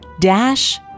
dash